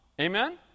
Amen